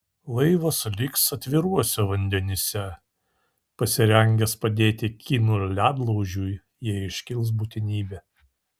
laivas liks atviruose vandenyse pasirengęs padėti kinų ledlaužiui jei iškils būtinybė